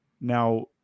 Now